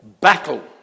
Battle